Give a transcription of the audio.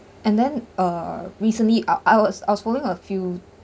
and then uh recently I I was I was following a few